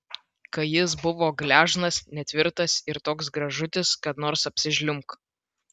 kai jis buvo gležnas netvirtas ir toks gražutis kad nors apsižliumbk